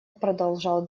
продолжал